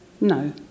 no